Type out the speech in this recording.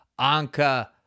Anka